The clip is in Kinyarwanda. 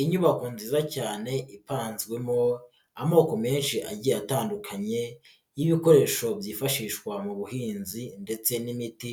Inyubako nziza cyane ipanzwemo amoko menshi agiye atandukanye y'ibikoresho byifashishwa mu buhinzi ndetse n'imiti